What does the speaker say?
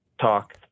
talk